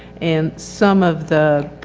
and some of the.